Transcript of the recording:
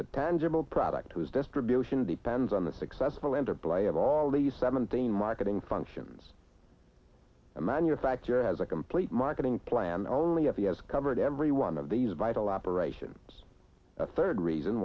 that tangible product has distribution depends on the successful interplay of all the seventeen marketing functions a manufacturer has a complete marketing plan only if he has covered every one of these vital operations a third reason